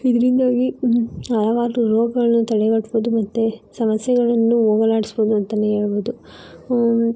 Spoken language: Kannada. ಇಂದರಿಂದಾಗಿ ಯಾವ್ದಾದ್ರೂ ರೋಗಗಳನ್ನು ತಡೆಗಟ್ಬೋದು ಮತ್ತೆ ಸಮಸ್ಯೆಗಳನ್ನು ಹೋಗಲಾಡಿಸ್ಬೋದು ಅಂತಲೇ ಹೇಳ್ಬೋದು